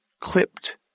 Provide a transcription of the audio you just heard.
clipped